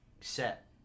set